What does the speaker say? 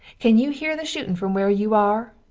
can you here the shootin from where you are?